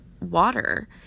water